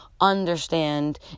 understand